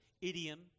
idiom